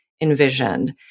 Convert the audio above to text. envisioned